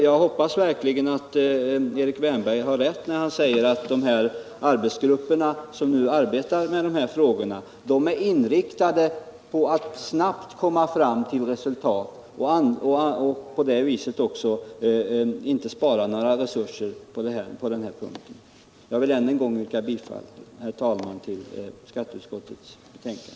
Jag hoppas verkligen att Erik Wärnberg har rätt när han säger att de arbetsgrupper som nu arbetar med dessa frågor är inriktade på att snabbt komma till resultat och inte spar några resurser för detta. Jag vill än en gång yrka bifall till skatteutskottets hemställan.